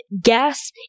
gas